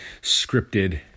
scripted